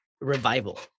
revival